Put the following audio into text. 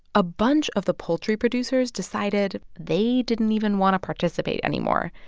a bunch of the poultry producers decided they didn't even want to participate anymore.